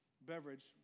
beverage